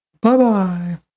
bye-bye